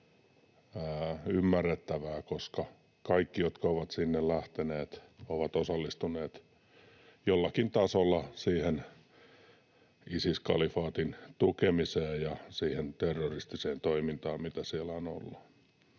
koska kaikki, jotka ovat sinne lähteneet, ovat osallistuneet jollakin tasolla Isis-kalifaatin tukemiseen ja siihen terroristiseen toimintaan, mitä siellä on ollut.